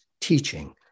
teaching